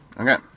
Okay